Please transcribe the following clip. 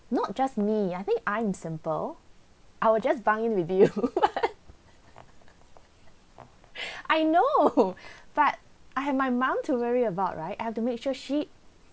not just me I think I'm simple I will just buy in with you I know but I have my mum to worry about right I have to make sure she